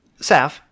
Saf